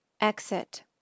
exit